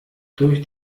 durch